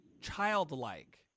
Childlike